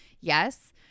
Yes